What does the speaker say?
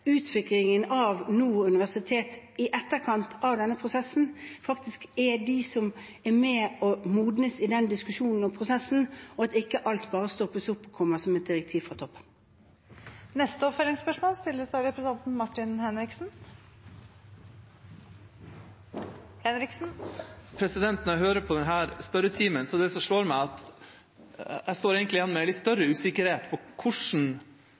utviklingen av Nord universitet i etterkant av denne prosessen, faktisk er de som er med og modnes i den diskusjonen og prosessen, og at alt ikke bare stoppes opp og kommer som et direktiv fra toppen. Martin Henriksen – til oppfølgingsspørsmål. Når jeg hører på denne spørretimen, er det som slår meg, at jeg står igjen med litt større usikkerhet om hvordan